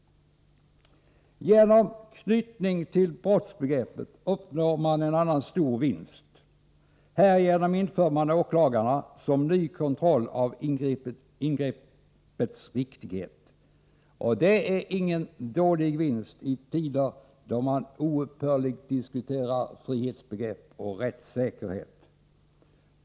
Genom knytning till brottsbegreppet uppnår man en annan stor vinst. Härigenom inför man åklagarna som ny kontroll av ingreppets riktighet. Och det är ingen dålig vinst i tider då man oupphörligen diskuterar frihetsbegrepp och rättssäkerhet.